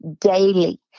daily